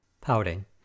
Pouting